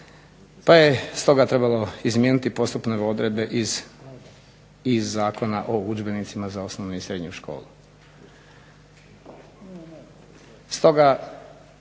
pa je stoga trebalo izmijeniti postupovne odredbe iz zakona o udžbenicima za osnovnu i srednju školu.